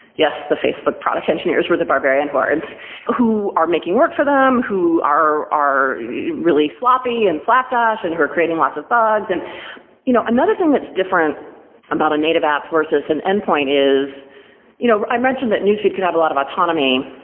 yes, the facebook product engineers were the barbarian hordes who are making work for them, who are are really sloppy and slapdash and who are creating lots of bugs. and you know another thing that's different about a native app versus an endpoint is you know i mentioned that newsfeed could have a lot of autonomy,